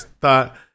Thought